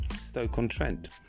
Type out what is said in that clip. Stoke-on-Trent